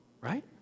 Right